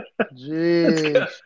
jeez